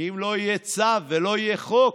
כי אם לא יהיה צו ולא יהיה חוק,